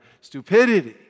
stupidity